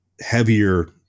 heavier